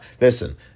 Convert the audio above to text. Listen